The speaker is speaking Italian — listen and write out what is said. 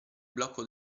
blocco